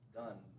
done